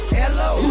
hello